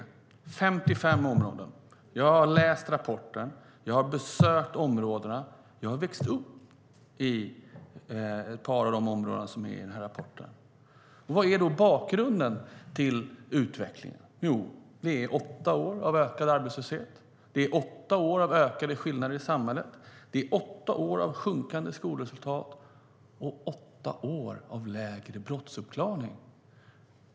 Beatrice Ask nämner 55 områden. Jag har läst rapporten. Jag har besökt områdena. Jag har växt upp i ett par av de områden som finns i rapporten. Vad är då bakgrunden till utvecklingen? Jo, det är åtta år av ökad arbetslöshet. Det är åtta år av ökade skillnader i samhället. Det är åtta år av sjunkande skolresultat och åtta år av lägre brottsuppklaring.